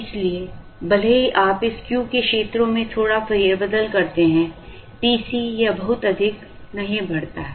इसलिए भले ही आप इस Q के क्षेत्र में थोड़ा फेरबदल करते हैं TC यह बहुत अधिक नहीं बढ़ता है